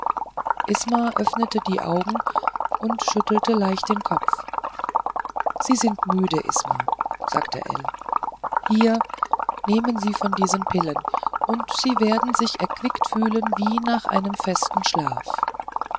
isma öffnete die augen und schüttelte leicht den kopf sie sind müde isma sagte ell hier nehmen sie von diesen pillen und sie werden sich erquickt fühlen wie nach einem festen schlaf